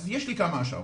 אז יש לי כמה השערות,